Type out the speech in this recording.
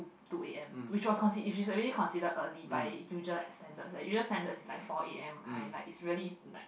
two A_M which was consi~ which is already considered early by usual standards eh usual standards is like four A_M kind like it's really like